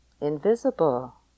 invisible